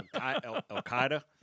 Al-Qaeda